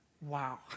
wow